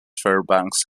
fairbanks